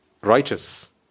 Righteous